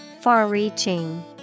Far-reaching